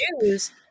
Jews